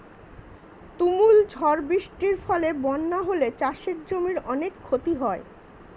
তুমুল ঝড় বৃষ্টির ফলে বন্যা হলে চাষের জমির অনেক ক্ষতি হয়